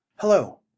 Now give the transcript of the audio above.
Hello